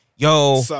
Yo